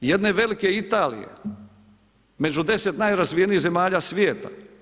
Jedne velike Italije, među 10 najrazvijenijih zemalja svijeta.